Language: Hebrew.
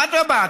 אדרבה,